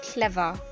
Clever